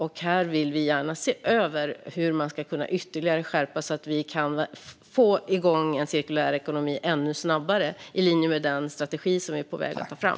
Vi vill gärna se över hur man kan skärpa det ytterligare så att vi kan få igång en cirkulär ekonomi ännu snabbare, i linje med den strategi som vi är på väg att ta fram.